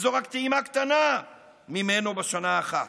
זאת רק טעימה קטנה ממנו בשנה אחת.